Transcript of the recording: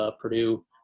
Purdue